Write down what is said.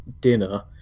dinner